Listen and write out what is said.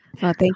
thank